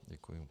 Děkuji.